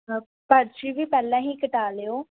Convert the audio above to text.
ਪਰਚੀ ਵੀ ਪਹਿਲਾਂ ਹੀ ਕਟਾ ਲਿਓ